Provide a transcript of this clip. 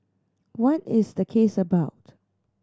what is the case about